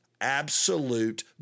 absolute